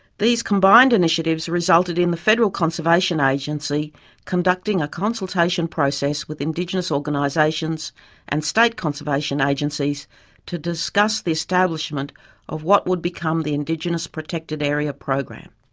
these combined initiatives resulted in the federal conservation agency conducting a consultation process with indigenous organisations and state conservation agencies to discuss the establishment of what would become the indigenous protected area program.